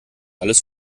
alles